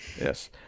Yes